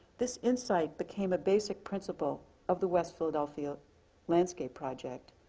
this insight became a basic principle of the west philadelphia landscape project.